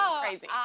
crazy